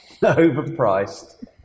overpriced